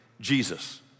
Jesus